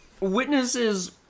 Witnesses